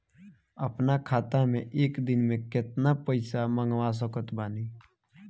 अपना खाता मे एक दिन मे केतना पईसा मँगवा सकत बानी?